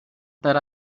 that